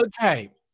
Okay